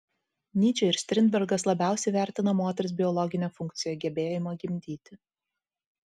nyčė ir strindbergas labiausiai vertina moters biologinę funkciją gebėjimą gimdyti